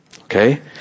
Okay